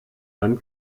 dann